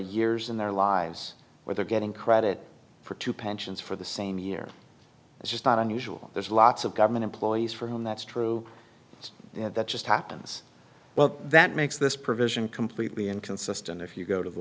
years in their lives where they're getting credit for two pensions for the same year it's just not unusual there's lots of government employees for whom that's true it's that just happens well that makes this provision completely inconsistent if you go to the